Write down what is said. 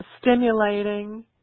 stimulating